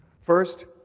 First